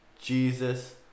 Jesus